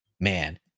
Man